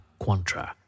Quantra